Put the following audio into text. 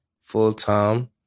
full-time